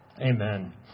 Amen